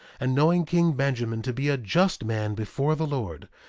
and knowing king benjamin to be a just man before the lord,